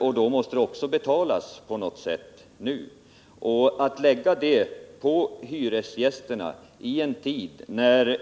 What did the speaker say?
Detta måste betalas på något sätt, men att lägga det på hyresgästerna i en tid när